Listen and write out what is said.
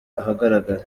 ahagaragara